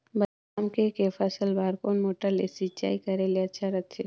बादाम के के फसल बार कोन मोटर ले सिंचाई करे ले अच्छा रथे?